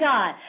God